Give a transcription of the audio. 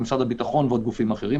משרד הביטחון ועוד גופים אחרים,